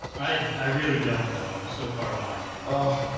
i i really don't though. i'm so far behind and ah